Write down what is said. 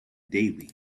daily